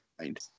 mind